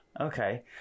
okay